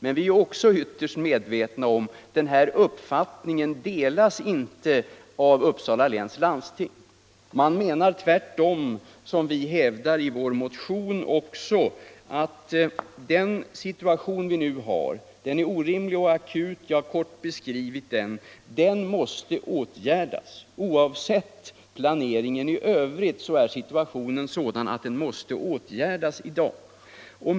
Men vi är också ytterst medvetna om att den uppfattningen inte delas av Uppsala läns landsting. Man menar tvärtom, som vi också hävdar i vår motion, att den situation som nu råder är orimlig och akut — jag har kort beskrivit den. Den måste åtgärdas. Oavsett planeringen i övrigt är situationen sådan att den måste angripas i dag.